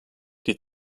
die